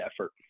effort